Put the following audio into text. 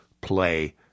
play